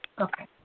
Okay